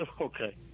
Okay